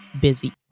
busy